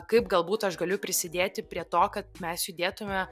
kaip galbūt aš galiu prisidėti prie to kad mes judėtume